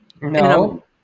No